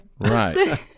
Right